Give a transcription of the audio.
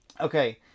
Okay